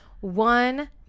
one